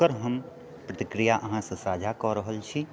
ओकर हम प्रतिक्रिया अहाँसँ साझा कऽ रहल छी